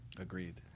Agreed